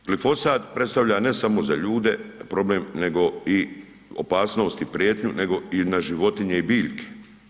Glifosat predstavlja ne samo za ljude problem nego i opasnost i prijetnju, nego na i životinje i biljke.